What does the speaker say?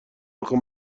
آخه